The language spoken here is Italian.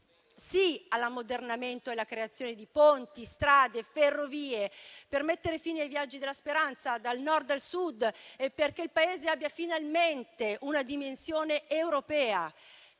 sì all'ammodernamento e alla creazione di ponti, strade, ferrovie per mettere fine ai viaggi della speranza dal Nord al Sud e perché il Paese abbia finalmente una dimensione europea;